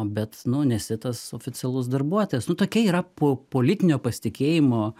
bet nu nesi tas oficialus darbuotojas nu tokia yra po politinio pasitikėjimo